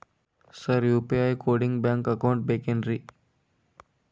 Sir UPI ಕೋಡಿಗೂ bank account ಬೇಕೆನ್ರಿ?